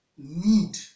Need